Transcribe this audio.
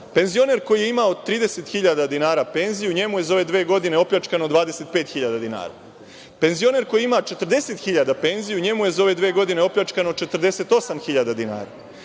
Penzioner koji je imao 30 hiljada dinara penziju, njemu je za ove dve godine opljačkano 25 hiljada dinara. Penzioner koji ima 40 hiljada penziju, njemu je za ove dve godine opljačkano 48 hiljada dinara.